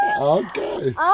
okay